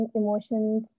emotions